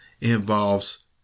involves